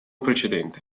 precedente